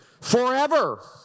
forever